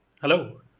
Hello